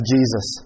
Jesus